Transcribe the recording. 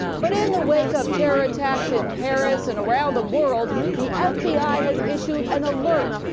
but in the wake of terror attacks in paris and around the world, the f b i. has issued an alert,